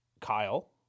Kyle